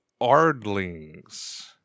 Ardlings